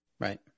Right